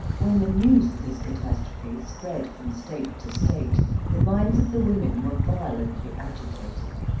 when the news of this catastrophe spread from state to state the minds of the women were violently agitated.